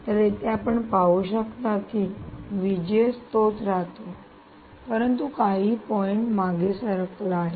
तरयेथे आपण पाहू शकता की तोच राहतो परंतु काही पॉइंट मागे सरकला आहे